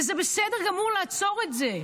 וזה בסדר גמור לעצור את זה.